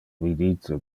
vidite